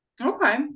Okay